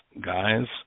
guys